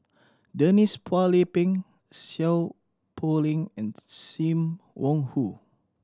Denise Phua Lay Peng Seow Poh Leng and Sim Wong Hoo